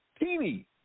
Teeny